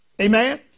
Amen